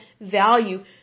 value